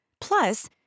plus